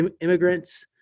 immigrants